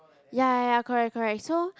ya ya ya correct correct so